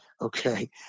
okay